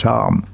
Tom